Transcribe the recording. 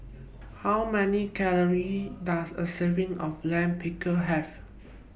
How Many Calories Does A Serving of Lime Pickle Have